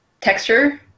texture